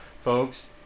folks